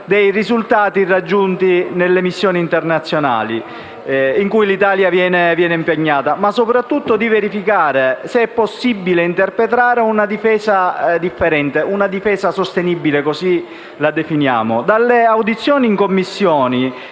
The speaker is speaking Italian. i risultati raggiunti nelle missioni internazionali in cui l'Italia viene impegnata ma, soprattutto, per verificare e, se possibile, interpretare una difesa differente e sostenibile, come noi la definiamo. Dalle audizioni in Commissione